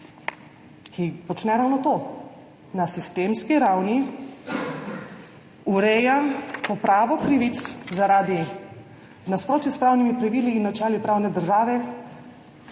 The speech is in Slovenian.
ki počne ravno to, na sistemski ravni ureja popravo krivic zaradi nasprotja s pravnimi pravili in načeli pravne države,